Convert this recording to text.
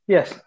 Yes